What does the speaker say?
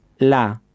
la